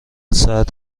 ساعت